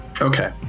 Okay